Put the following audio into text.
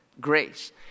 grace